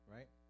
Right